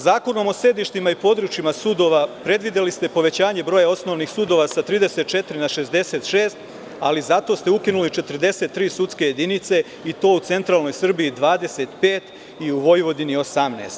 Zakonom o sedištima i područjima sudova predvideli ste povećanje broja osnovnih sudova sa 34 na 66, ali ste zato ukinuli 43 sudske jedinice i to u centralnoj Srbiji 25 i u Vojvodini 18.